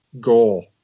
goal